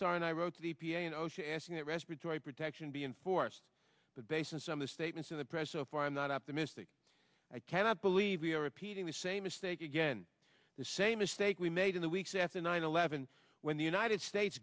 and i wrote the p a and osha asking that respiratory protection be enforced but based on some of the statements in the press so far i'm not optimistic i cannot believe we are repeating the same mistake again the same mistake we made in the weeks after nine eleven when the united states